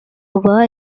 were